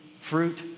fruit